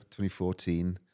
2014